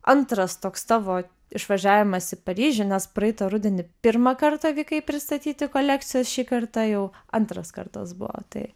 antras toks tavo išvažiavimas į paryžių nes praeitą rudenį pirmą kartą vykai pristatyti kolekcijos šį kartą jau antras kartas buvo tai